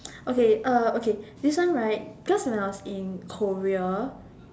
okay okay this one right because when I was in Korea